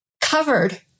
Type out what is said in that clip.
covered